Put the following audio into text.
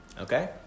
Okay